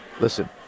Listen